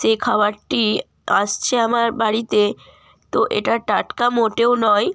যে খাবারটি আসছে আমার বাড়িতে তো এটা টাটকা মোটেও নয়